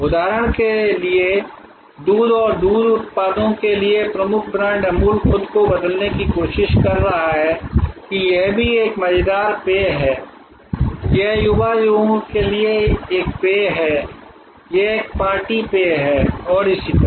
उदाहरण के लिए दूध और दूध उत्पादों के लिए प्रमुख ब्रांड अमूल खुद को बदलने की कोशिश कर रहा है कि यह भी एक मजेदार पेय है यह युवा लोगों के लिए एक पेय है यह एक पार्टी पेय है और इसी तरह